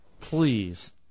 Please